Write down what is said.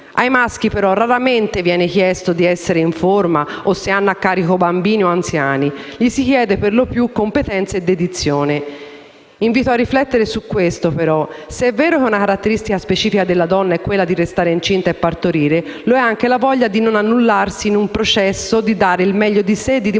Ai maschi però raramente viene chiesto di essere in forma o se hanno bambini o anziani a carico: per lo più si chiede loro competenza e dedizione. Invito tuttavia a riflettere su un punto: se è vero che è una caratteristica specifica della donna quella di restare incinta e partorire, lo è anche la voglia di non annullarsi in quel processo, di dare il meglio di sé e di dimostrare